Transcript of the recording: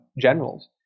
generals